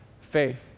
Faith